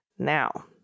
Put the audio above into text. Now